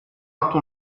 atto